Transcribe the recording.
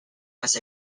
must